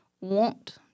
want